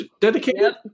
dedicated